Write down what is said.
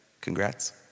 Congrats